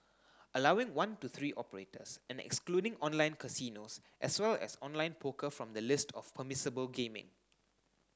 allowing one to three operators and excluding online casinos as well as online poker from the list of permissible gaming